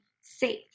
safe